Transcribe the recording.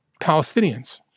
Palestinians